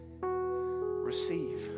receive